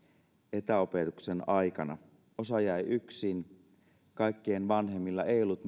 etäopetuksen aikana osa jäi yksin kaikkien vanhemmilla ei ollut